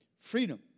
Freedom